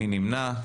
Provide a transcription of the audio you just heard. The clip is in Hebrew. מי נמנע?